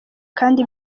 kandi